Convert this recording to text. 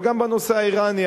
אבל גם בנושא האירני,